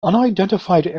unidentified